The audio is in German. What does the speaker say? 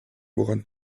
woran